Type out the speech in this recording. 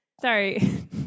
sorry